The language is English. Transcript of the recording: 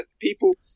People